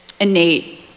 innate